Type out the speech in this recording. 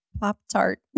Pop-Tart